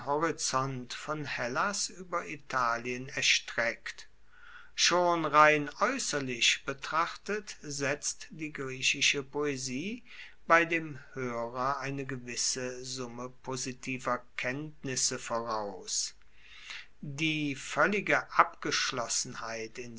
von hellas ueber italien erstreckt schon rein aeusserlich betrachtet setzt die griechische poesie bei dem hoerer eine gewisse summe positiver kenntnisse voraus die voellige abgeschlossenheit in